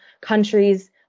countries